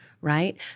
right